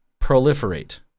proliferate